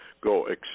go